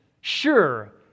sure